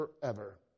forever